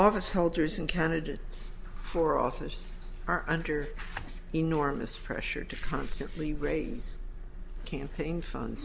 office holders and candidates for office are under enormous pressure to constantly raise campaign fund